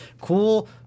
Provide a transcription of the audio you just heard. cool